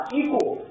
equal